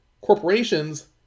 Corporations